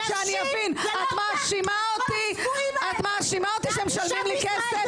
שאני אבין, את מאשימה אותי שמשלמים לי כסף?